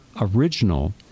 original